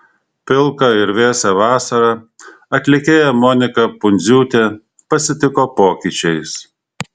pilką ir vėsią vasarą atlikėja monika pundziūtė pasitiko pokyčiais